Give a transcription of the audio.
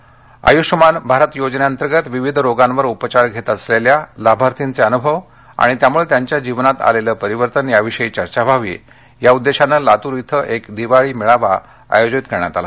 मेळावा लातर आयुष्यमान भारत योजनेतर्गत विविध रोगांवर उपचार घेत असलेल्या लाभार्थीचे अनुभव आणि त्यामुळे त्यांच्या जीवनात आलेलं परिवर्तन याविषयी चर्चा व्हावी या उद्देशाने लातूर श्वीं एक दिवाळी मेळावा आय़ोजित करण्यात आला